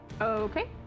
okay